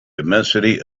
immensity